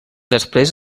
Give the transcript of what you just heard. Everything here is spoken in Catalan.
després